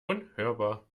unhörbar